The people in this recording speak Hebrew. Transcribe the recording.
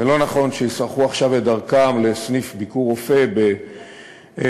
ולא נכון שישרכו עכשיו את דרכם לסניף "ביקורופא" בעפולה,